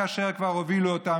כאשר כבר הובילו אותם,